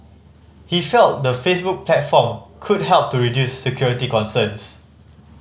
he felt the Facebook platform could help to reduce security concerns